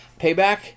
payback